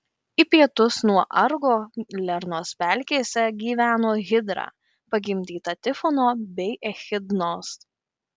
į pietus nuo argo lernos pelkėse gyveno hidra pagimdyta tifono bei echidnos